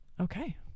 Okay